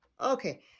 Okay